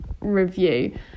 review